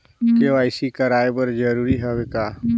KYC कराय बर जरूरी हवे का?